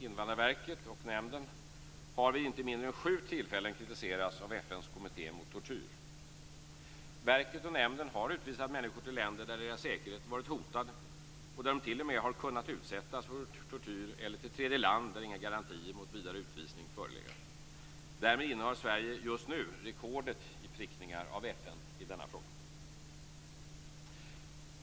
Invandrarverket och nämnden har vid inte mindre än sju tillfällen kritiserats av FN:s kommitté mot tortyr. Verket och nämnden har utvisat människor till länder där deras säkerhet varit hotad och där de t.o.m. har kunnat utsättas för tortyr eller till tredjeland där inga garantier mot vidare utvisning förelegat. Därmed innehar Sverige just nu rekordet i "prickningar" av FN i denna fråga.